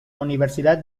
universidad